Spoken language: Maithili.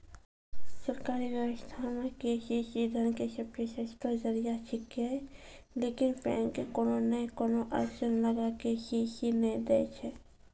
सरकारी व्यवस्था मे के.सी.सी धन के सबसे सस्तो जरिया छिकैय लेकिन बैंक कोनो नैय कोनो अड़चन लगा के के.सी.सी नैय दैय छैय?